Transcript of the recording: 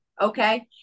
Okay